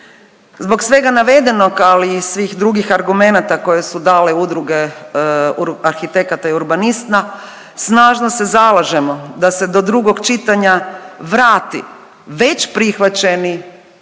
Zbog svega navedenog, ali i svih drugih argumenata koje su dale udruge arhitekata i urbanista snažno se zalažemo da se to drugog čitanja vrati već prihvaćeni